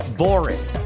boring